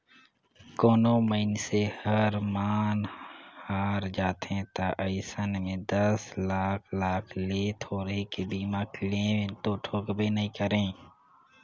कोनो मइनसे हर मन हर जाथे त अइसन में दस लाख लाख ले थोरहें के बीमा क्लेम तो ठोकबे नई करे